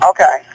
Okay